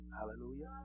Hallelujah